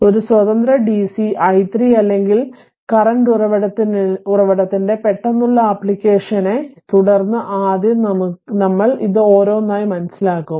അതിനാൽ ഒരു സ്വതന്ത്ര DC i3 അല്ലെങ്കിൽ നിലവിലെ ഉറവിടത്തിന്റെ പെട്ടെന്നുള്ള ആപ്ലിക്കേഷനെ തുടർന്ന് ആദ്യം നമ്മൾ ഇത് ഓരോന്നായി മനസ്സിലാക്കും